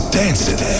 dancing